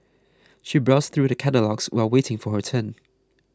she browsed through the catalogues while waiting for her turn